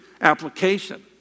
application